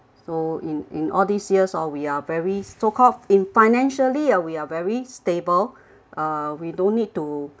so in in all these years oh we are very so called in financially uh we are very stable uh we don't need to